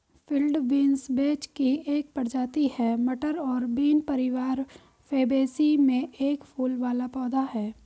field beans vetch की एक प्रजाति है, मटर और बीन परिवार फैबेसी में एक फूल वाला पौधा है